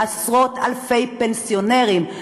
עשרות-אלפי פנסיונרים,